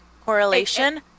correlation